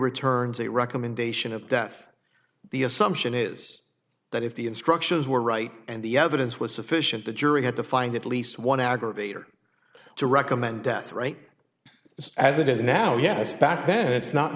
returns a recommendation of death the assumption is that if the instructions were right and the evidence was sufficient the jury had to find at least one aggravator to recommend death rate as it is now yes back then it's not